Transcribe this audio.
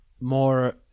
more